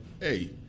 hey